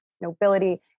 nobility